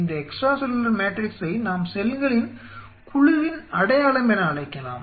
இந்த extracellular மேட்ரிக்ஸை நாம் செல்களின் குழுவின் அடையாளம் என அழைக்கலாம்